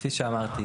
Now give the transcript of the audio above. כפי שאמרתי,